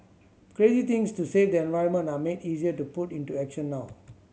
crazy things to save the environment are made easier to put into action now